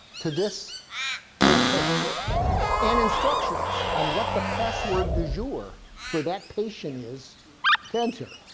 to this first page and instructions on what the password de jure for that patient is to enter.